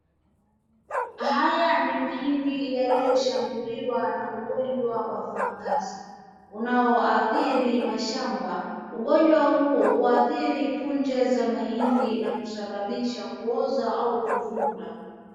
Haya ni mahindi yaliyoshambuliwa na ugonjwa wa fangasi, unaoadhiri mashamba. Ugonjwa huo huhadhiri punje za mahindi na kusababisha kuoza au kuvunda.